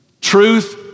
Truth